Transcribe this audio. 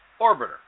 Orbiter